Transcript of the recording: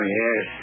yes